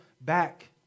back